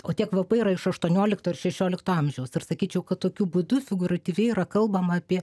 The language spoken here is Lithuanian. o tie kvapai yra iš aštuoniolikto ir šešiolikto amžiaus ir sakyčiau kad tokiu būdu figuratyviai yra kalbama apie